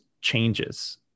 changes